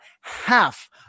half